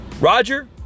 Roger